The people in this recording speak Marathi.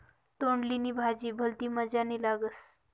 तोंडली नी भाजी भलती मजानी लागस